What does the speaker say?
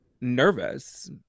nervous